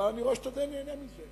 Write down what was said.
אבל אני רואה שאתה די נהנה מזה.